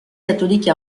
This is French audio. catholique